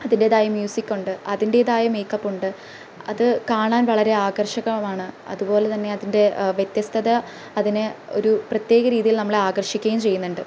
അതിന്റെതായ മ്യൂസിക്കുണ്ട് അതിന്റെതായ മേയ്ക്കപ്പുണ്ട് അത് കാണാന് വളരെ ആകര്ഷകവുമാണ് അത്പോലെതന്നെ അതിന്റെ വ്യത്യസ്തത അതിനെ ഒരു പ്രത്യേക രീതിയില് നമ്മളെ ആകര്ഷിക്കുകയും ചെയ്യുന്നുണ്ട്